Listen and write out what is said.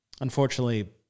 Unfortunately